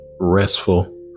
restful